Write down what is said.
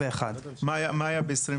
2021. מה היה, מה היה ב-2021?